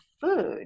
food